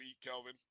Kelvin